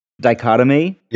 dichotomy